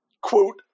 quote